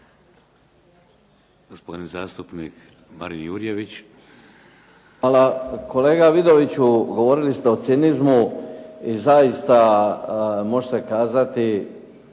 Gospodin zastupnik Marin Jurjević. **Jurjević, Marin (SDP)** Hvala. Kolega Vidoviću, govorili ste o cinizmu i zaista može se kazati